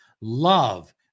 love